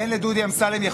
אמסלם,